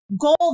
goal